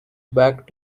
back